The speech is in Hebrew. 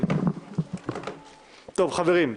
חברים,